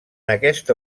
aquesta